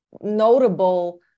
notable